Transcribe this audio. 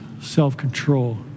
self-control